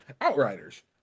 Outriders